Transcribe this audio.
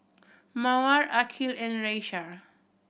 Mawar Aqil and Raisya